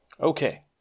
Okay